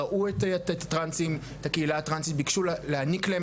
ראו את הקהילה הטרנסית ובקשו להעניק להם